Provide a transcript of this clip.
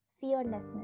fearlessness